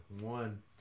One